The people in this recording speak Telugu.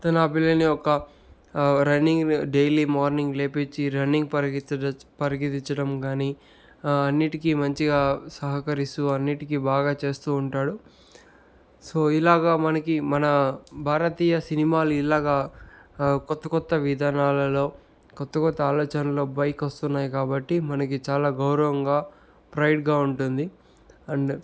తను ఆ పిల్లని ఒక రన్నింగ్ డైలీ మార్నింగ్ లేపించి రన్నింగ్ పరిగెత్తు పరిగెత్తించడం గాని అన్నిటికీ మంచిగా సహకరిస్తూ అన్నిటికీ బాగా చేస్తూ ఉంటాడు సో ఇలాగా మనకి మన భారతీయ సినిమాలు ఇలాగా కొత్త కొత్త విధానాలలో కొత్త కొత్త ఆలోచనలో పైకి వస్తున్నాయి కాబట్టి మనకి చాలా గౌరవంగా ప్రైడ్గా ఉంటుంది అండ్